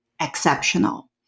exceptional